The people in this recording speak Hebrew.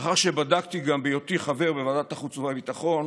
לאחר שבדקתי, גם בהיותי חבר בוועדת החוץ והביטחון